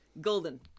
Golden